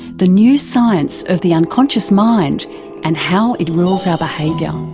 the new science of the unconscious mind and how it rules our behaviour.